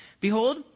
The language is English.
Behold